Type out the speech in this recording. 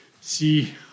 see